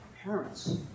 parents